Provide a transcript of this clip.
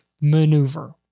maneuver